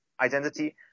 identity